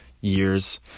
years